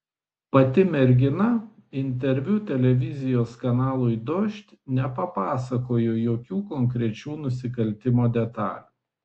pati mergina interviu televizijos kanalui dožd nepapasakojo jokių konkrečių nusikaltimo detalių